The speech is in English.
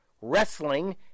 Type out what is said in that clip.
wrestling